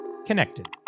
Connected